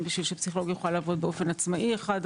בשביל שפסיכולוג יוכל לעבוד באופן עצמאי: אחד,